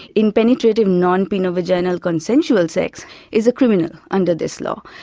in penetrative non-penile-vaginal consensual sex is a criminal under this law,